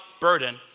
burden